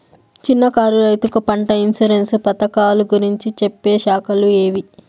చిన్న కారు రైతుకు పంట ఇన్సూరెన్సు పథకాలు గురించి చెప్పే శాఖలు ఏవి?